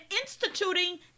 instituting